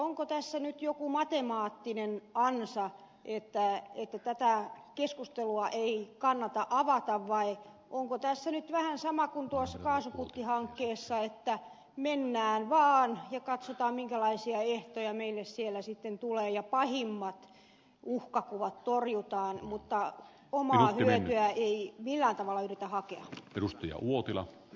onko tässä nyt joku matemaattinen ansa että tätä keskustelua ei kannata avata vai onko tässä nyt vähän sama kuin tuossa kaasuputkihankkeessa että mennään vaan ja katsotaan minkälaisia ehtoja meille siellä sitten tulee ja pahimmat uhkakuvat torjutaan mutta omaa hyötyä ei millään tavalla yritetä hakea